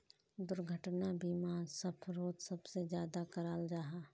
दुर्घटना बीमा सफ़रोत सबसे ज्यादा कराल जाहा